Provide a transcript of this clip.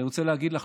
אני רוצה להגיד לך,